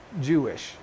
Jewish